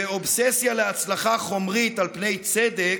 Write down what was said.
ואובססיה להצלחה חומרית על פני צדק,